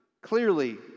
clearly